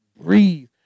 breathe